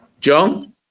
John